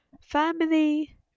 family